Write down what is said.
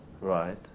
right